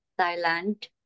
Thailand